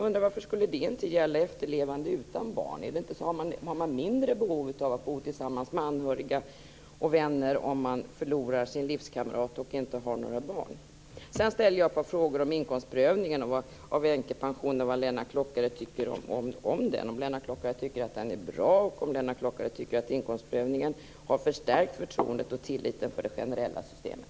Men varför skulle det inte gälla efterlevande utan barn? Har man mindre behov av att bo tillsammans med anhöriga och vänner om man förlorar sin livskamrat och inte har några barn? Jag ställde tidigare ett par frågor om inkomstprövningen av änkepensionen och undrade vad Lennart Klockare tycker om den, om han tycker att den är bra och om han tycker att inkomstprövningen har förstärkt förtroendet för och tilliten till det generella systemet.